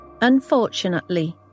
Unfortunately